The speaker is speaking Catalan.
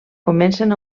comencen